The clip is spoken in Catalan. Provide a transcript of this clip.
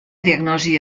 diagnosi